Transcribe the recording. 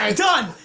um done!